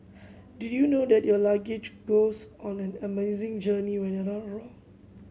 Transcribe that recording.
did you know that your luggage goes on an amazing journey when you're not around